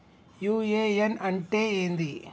UAN అంటే ఏంది?